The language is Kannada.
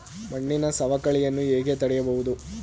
ಮಣ್ಣಿನ ಸವಕಳಿಯನ್ನು ಹೇಗೆ ತಡೆಯಬಹುದು?